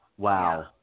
Wow